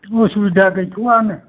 उसुबिदा गैथ'आनो